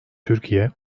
türkiye